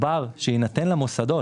שיינתן הפטור